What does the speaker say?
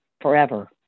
forever